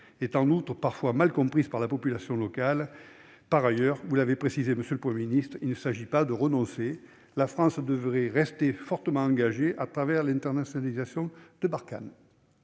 en outre parfois mal comprise par les populations locales. Au reste- vous l'avez précisé, monsieur le Premier ministre -, il ne s'agit pas de renoncer : la France devrait rester fortement engagée à travers l'internationalisation de Barkhane.